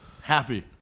happy